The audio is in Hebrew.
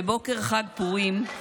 בבוקר חג פורים,